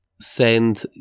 send